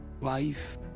life